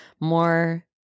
more